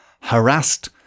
harassed